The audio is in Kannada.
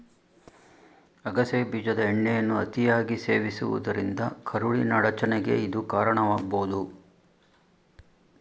ಅಗಸೆ ಬೀಜದ ಎಣ್ಣೆಯನ್ನು ಅತಿಯಾಗಿ ಸೇವಿಸುವುದರಿಂದ ಕರುಳಿನ ಅಡಚಣೆಗೆ ಇದು ಕಾರಣವಾಗ್ಬೋದು